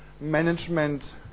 management